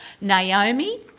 Naomi